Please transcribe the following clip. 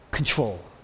control